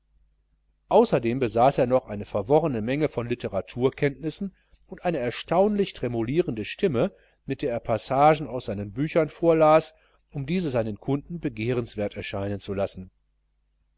außerdem besaß er noch eine verworrene menge von literaturkenntnissen und eine erstaunlich tremolierende stimme mit der er passagen aus seinen büchern vorlas um diese seinen kunden begehrenswert erscheinen zu lassen